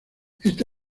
este